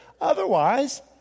Otherwise